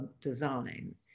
design